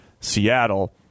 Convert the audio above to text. Seattle